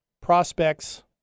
Prospects